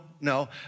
no